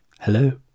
hello